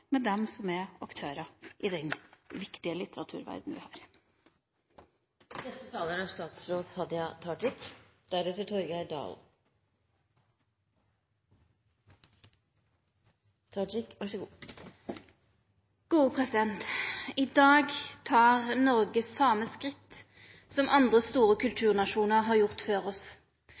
med dem som er aktører i den viktige litteraturverdenen vi har. I dag tar Noreg same skritt som andre store kulturnasjonar har gjort før oss.